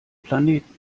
planeten